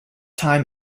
time